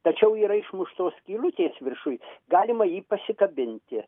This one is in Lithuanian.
tačiau yra išmuštos skylutės viršui galima jį pasikabinti